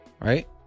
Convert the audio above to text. right